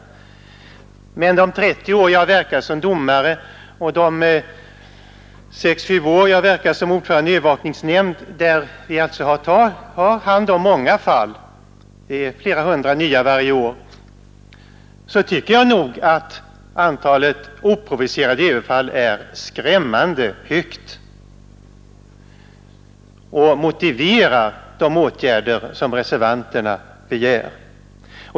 Men erfarenheten från de 30 år jag verkat som domare och de 6 å 7 år jag verkat som ordförande i en övervakningsnämnd är att antalet oprovocerade överfall är skrämmande stort och motiverar de åtgärder som reservanterna föreslår.